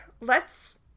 lets